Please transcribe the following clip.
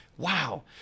Wow